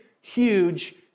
huge